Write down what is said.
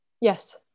Yes